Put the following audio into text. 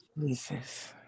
Jesus